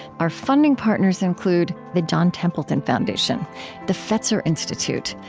our funding partners include the john templeton foundation the fetzer institute,